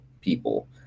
people